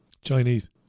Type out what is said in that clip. Chinese